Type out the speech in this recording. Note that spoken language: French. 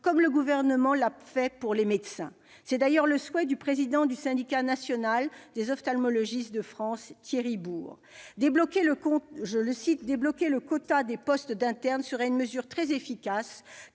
comme le Gouvernement l'a fait pour les médecins. C'est d'ailleurs le souhait du président du Syndicat national des ophtalmologistes de France, Thierry Bour :« Débloquer le quota des postes d'internes serait une mesure très efficace,